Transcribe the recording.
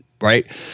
right